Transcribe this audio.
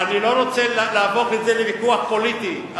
אני לא רוצה להפוך את זה לוויכוח פוליטי,